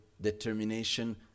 determination